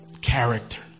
Character